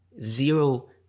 Zero